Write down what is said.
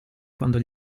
quando